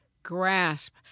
grasp